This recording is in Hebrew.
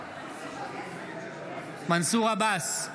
בעד מנסור עבאס,